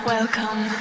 Welcome